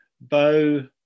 bow